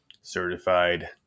certified